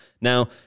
Now